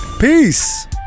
Peace